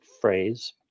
phrase